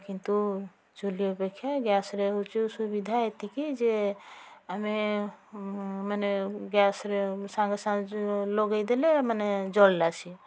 କିନ୍ତୁ ଚୁଲି ଅପେକ୍ଷା ଗ୍ୟାସ୍ରେ ହେଉଛି ସୁବିଧା ଏତିକି ଯେ ଆମେ ମାନେ ଗ୍ୟାସ୍ରେ ସାଙ୍ଗେ ସାଙ୍ଗେ ଯେଉଁ ଲଗାଇଦେଲା ମାନେ ଜଳିଲା ସିଏ